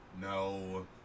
No